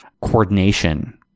coordination